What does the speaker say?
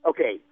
Okay